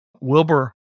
Wilbur